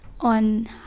on